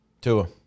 Tua